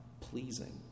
pleasing